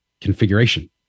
configuration